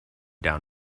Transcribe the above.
down